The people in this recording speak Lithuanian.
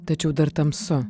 tačiau dar tamsu